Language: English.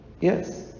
Yes